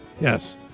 Yes